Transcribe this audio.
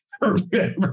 remember